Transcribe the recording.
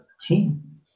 team